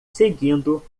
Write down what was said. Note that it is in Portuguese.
seguindo